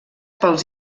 pels